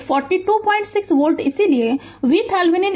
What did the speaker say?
तो 426 वोल्ट इसलिए VThevenin Va Vb 3